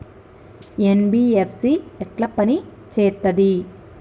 NBFC ఎట్ల పని చేత్తది?